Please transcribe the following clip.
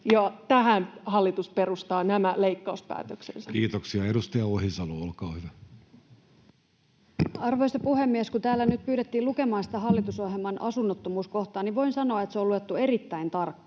Tähän hallitus perustaa nämä leikkauspäätöksensä. Kiitoksia. — Edustaja Ohisalo, olkaa hyvä. Arvoisa puhemies! Kun täällä nyt pyydettiin lukemaan sitä hallitusohjelman asunnottomuuskohtaa, niin voin sanoa, että se on luettu erittäin tarkkaan.